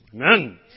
Amen